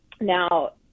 Now